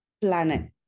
planet